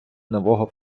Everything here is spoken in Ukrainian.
нового